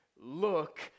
look